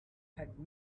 had